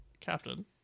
captain